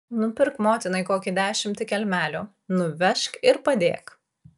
nupirk motinai kokį dešimtį kelmelių nuvežk ir padėk